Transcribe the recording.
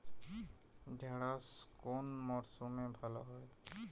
ঢেঁড়শ কোন মরশুমে ভালো হয়?